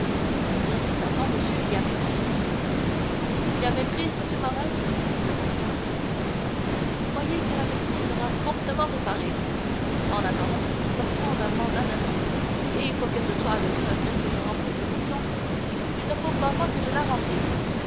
bien certainement monsieur il y a méprise s'il y a méprise monsieur morrel répondit le commissaire croyez que la méprise sera promptement réparée en attendant je suis porteur d'un mandat d'arrêt et quoique ce soit avec regret que je remplisse ma mission il ne faut pas moins que je la remplisse